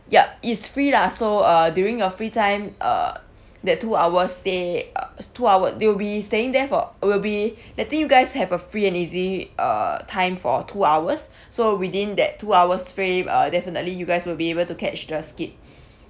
yup it's free lah so uh during your free time uh that two hours stay uh two hour they will be staying there for will be the thing you guys have a free and easy uh time for two hours so within that two hours frame uh definitely you guys will be able to catch the skit